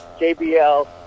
JBL